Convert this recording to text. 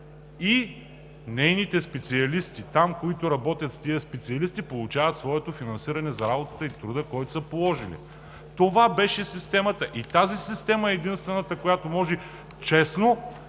и нейните специалисти там, които работят с тези специалисти, получават своето финансиране за работата и труда, който са положили. Това беше системата. Тази система е единствената, която може честно,